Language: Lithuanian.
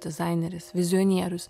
dizaineris vizionierius